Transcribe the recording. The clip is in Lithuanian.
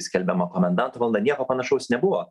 skelbiama komendanto valanda nieko panašaus nebuvo